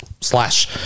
Slash